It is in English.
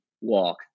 walk